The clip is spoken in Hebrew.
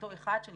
אותו אחד שנשחק